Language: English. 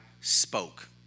spoke